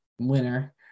winner